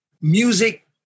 music